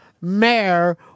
mayor